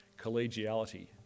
collegiality